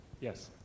Yes